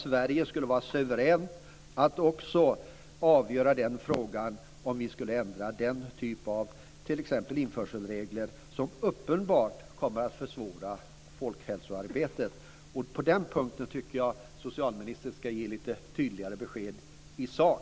Sverige skulle ju vara suveränt att avgöra om vi skulle ändra den typ av regler, t.ex. införselregler, som uppenbart försvårar folkhälsoarbetet. På den punkten tycker jag att socialministern ska ge lite tydligare besked i sak.